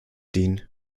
dienen